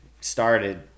started